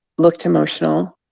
looked emotional.